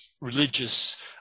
religious